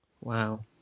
Wow